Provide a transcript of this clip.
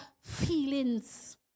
feelings